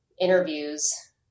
interviews